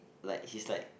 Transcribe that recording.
like he's like